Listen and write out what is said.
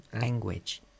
language